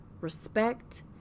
respect